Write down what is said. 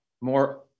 more